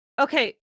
Okay